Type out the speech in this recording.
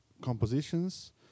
compositions